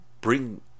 bring